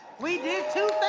we did two